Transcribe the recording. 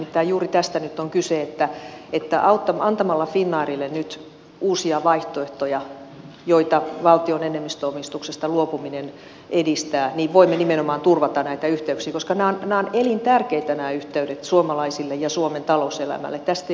nimittäin juuri tästä nyt on kyse että antamalla finnairille nyt uusia vaihtoehtoja joita valtion enemmistöomistuksesta luopuminen edistää voimme nimenomaan turvata näitä yhteyksiä koska nämä yhteydet ovat elintärkeitä suomalaisille ja suomen talouselämälle